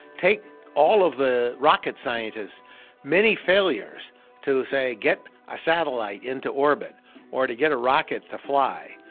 take all of the rocket scientists many failures to, say, get a satellite into orbit or to get a rocket to fly.